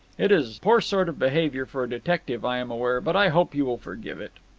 it is poor sort of behaviour for a detective, i am aware, but i hope you will forgive it.